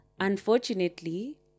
Unfortunately